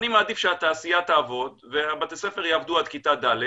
אני מעדיף שהתעשייה תעבוד ובתי הספר יעבדו עד כיתה ד'